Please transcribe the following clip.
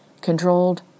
controlled